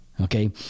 Okay